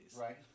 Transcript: Right